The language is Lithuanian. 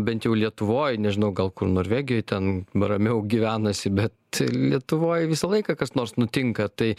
bent jau lietuvoj nežinau gal kur norvegijoj ten ramiau gyvenasi bet lietuvoj visą laiką kas nors nutinka tai